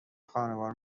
خانوار